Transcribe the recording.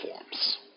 forms